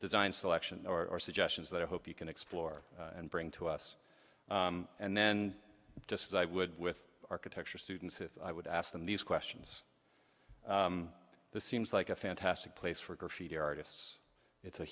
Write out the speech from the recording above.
design selection or suggestions that i hope you can explore and bring to us and then just as i would with architecture students if i would ask them these questions this seems like a fantastic place for graffiti artists it's a